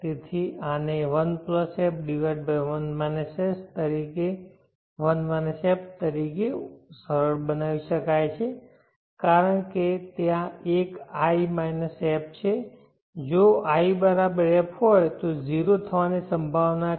તેથી આને 1f તરીકે સરળ બનાવી શકાય છે કારણ કે ત્યાં એક i f છે જો ત્યાં i f હોય તો 0 થવાની સંભાવના છે